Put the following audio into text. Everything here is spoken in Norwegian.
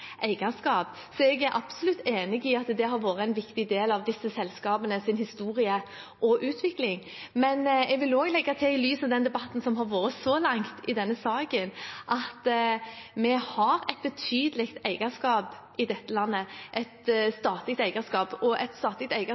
eierskap. Så jeg er absolutt enig i at det har vært en viktig del av disse selskapenes historie og utvikling. Men jeg vil også legge til i lys av den debatten som har vært så langt i denne saken, at vi har et betydelig statlig eierskap i dette landet, og et statlig eierskap